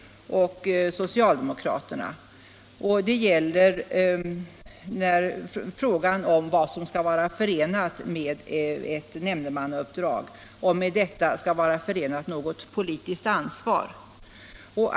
Det gäller frågan huruvida ett nämndemannauppdrag skall vara förenat med ett politiskt ansvar.